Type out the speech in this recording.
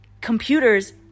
computers